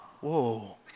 Whoa